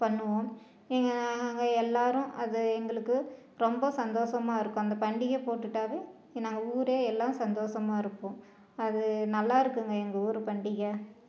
பண்ணுவோம் எங்கள் நாங்கள் எல்லாரும் அது எங்களுக்கு ரொம்ப சந்தோசமாக இருக்கும் அந்த பண்டிகை போட்டுட்டாவே நாங்கள் ஊரே எல்லாம் சந்தோசமாக இருப்போம் அது நல்லா இருக்குங்க எங்கள் ஊர் பண்டிகை